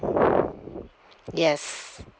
yes